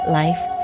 life